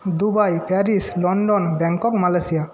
Dubai Paris London Bangkok Malaysia